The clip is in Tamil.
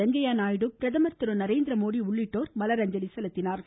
வெங்கய்ய நாயுடு பிரதமர் திரு நரேந்திரமோடி உள்ளிட்டோர் மலரஞ்சலி செலுத்தினார்கள்